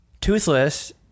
toothless